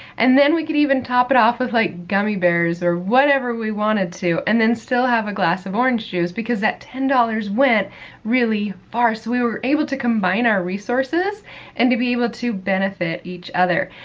and then we could even top it off with like gummy bears or whatever we wanted to, and then still have a glass of orange juice because that ten dollars went really far. so, we were able to combine our resources and to be able to benefit each other.